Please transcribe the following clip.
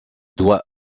doigts